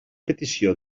petició